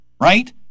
right